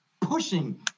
pushing